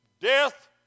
Death